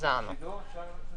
פשוט מעלה איזושהי נקודה: